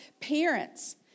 parents